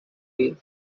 way